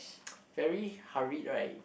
very hurried right